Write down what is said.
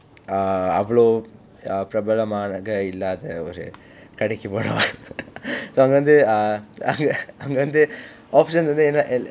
uh அவ்வளவு:avvalavu ah பிரபலமாக இல்லாத ஒரு கடைக்கு போனும்:pirabalamaaka illaatha oru kadaikku ponum so அங்க வந்து:anga vanthu ah அங்க வந்து:anga vanthu options வந்து என்ன:vanthu enna